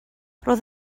roedd